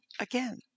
again